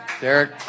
Derek